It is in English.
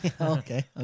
Okay